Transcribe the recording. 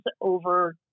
over